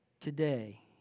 today